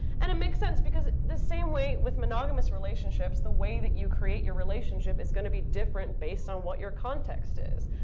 and it makes sense because the same way with monogamous relationships, the way that you create your relationship is going to be different, based on what your context is,